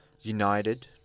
United